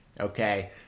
Okay